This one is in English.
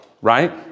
right